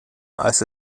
als